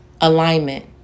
Alignment